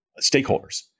stakeholders